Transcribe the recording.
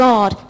God